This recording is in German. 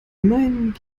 immerhin